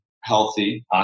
healthy